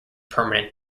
permanent